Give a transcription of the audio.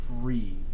free